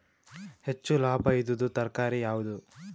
ಹೆಚ್ಚು ಲಾಭಾಯಿದುದು ತರಕಾರಿ ಯಾವಾದು?